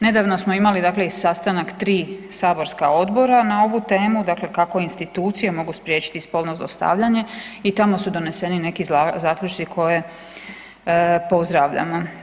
Nedavno smo imali dakle i sastanak 3 saborska odbora na ovu temu, dakle kako institucije mogu spriječiti spolno zlostavljanje i tamo su doneseni neki zaključci koje pozdravljamo.